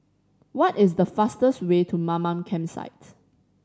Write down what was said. what is the fastest way to Mamam Campsite